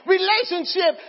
Relationship